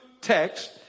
text